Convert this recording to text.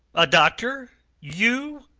a doctor you?